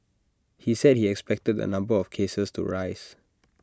he said he expected the number of cases to rise